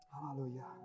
Hallelujah